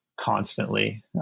constantly